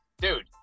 dude